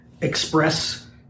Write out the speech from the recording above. express